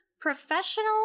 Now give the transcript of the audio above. professional